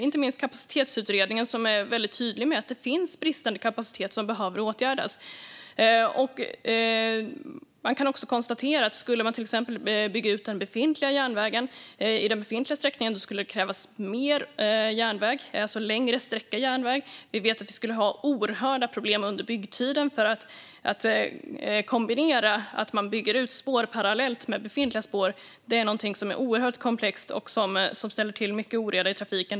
Inte minst Kapacitetsutredningen är väldigt tydlig med att det finns bristande kapacitet som behöver åtgärdas. Man kan också konstatera att skulle vi till exempel bygga ut järnvägen i den befintliga sträckningen skulle det krävas mer järnväg, alltså en längre sträcka järnväg. Vi vet att vi också skulle ha oerhörda problem under byggtiden, för att kombinera att man bygger ut spår parallellt med befintliga spår är någonting som är oerhört komplext och ställer till med mycket oreda i trafiken.